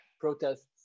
protests